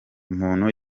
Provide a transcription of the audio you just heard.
umuntu